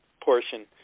portion